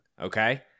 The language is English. Okay